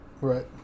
Right